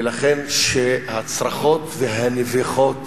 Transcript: ולכן, הצרחות והנביחות